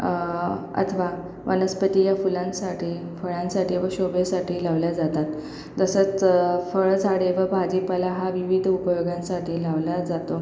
अथवा वनस्पती या फुलांसाठी फळांसाठी व शोभेसाठी लावल्या जातात तसंच फळझाडे व भाजीपाला हा विविध उपयोगांसाठी लावला जातो